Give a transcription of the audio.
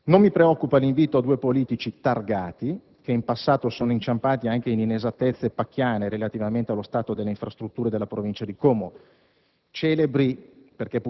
Non mi preoccupa l'invito a due politici targati, che in passato sono inciampati anche in inesattezze pacchiane relativamente allo stato delle infrastrutture della provincia di Como. Celebri,